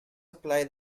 apply